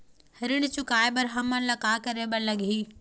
ऋण चुकाए बर हमन ला का करे बर लगही?